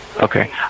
Okay